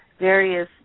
various